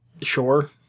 sure